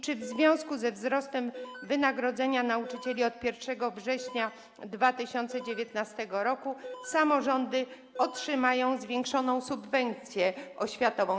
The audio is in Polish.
Czy w związku ze wzrostem wynagrodzenia nauczycieli od 1 września 2019 r. samorządy otrzymają zwiększoną subwencję oświatową?